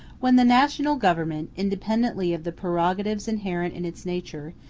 when the national government, independently of the prerogatives inherent in its nature,